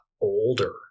older